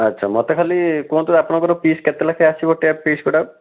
ଆଚ୍ଛା ମୋତେ ଖାଲି କୁହନ୍ତୁ ଆପଣଙ୍କର ପିସ୍ କେତେ ଲେଖାଏଁ ଆସିବ ଟ୍ୟାପ୍ ପିସ୍ ଗୁଡ଼ାକ